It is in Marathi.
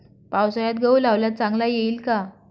पावसाळ्यात गहू लावल्यास चांगला येईल का?